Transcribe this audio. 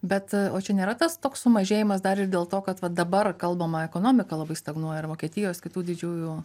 bet o čia nėra tas toks sumažėjimas dar ir dėl to kad va dabar kalbama ekonomika labai stagnuoja ir vokietijos kitų didžiųjų